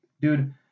dude